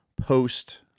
post